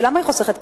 ולמה היא חוסכת כסף?